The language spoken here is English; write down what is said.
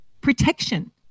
protection